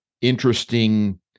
interesting